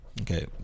Okay